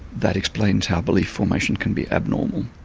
that explains how belief formation can be abnormal.